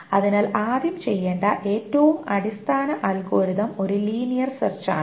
അതിനാൽ ആദ്യം ചെയ്യേണ്ട ഏറ്റവും അടിസ്ഥാന അൽഗോരിതം ഒരു ലീനിയർ സെർച്ച് ആണ്